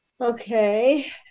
Okay